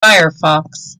firefox